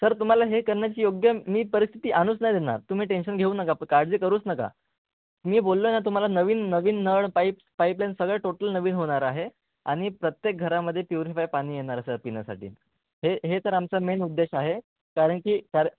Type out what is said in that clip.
sir तुम्हाला हे करण्याची योग्य मी परिस्थिती आणूच नाही देणार तुम्ही टेनशन घेऊ नका काळजी करूच नका मी बोललो आहे ना तुम्हाला नवीन नवीन नळ पाईप्स पाईपलाईन सगळं टोटल नवीन होणार आहे आणि प्रत्येक घरामध्ये प्युरीफाय पाणी येणार आहे सर पिण्यासाठी हे हे तर आमचं मेन उद्देश आहे कारण की कार